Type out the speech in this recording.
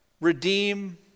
redeem